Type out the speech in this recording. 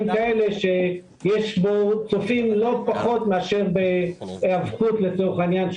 כאלה שיש בו צופים לא פחות מהיאבקות לצורך העניין,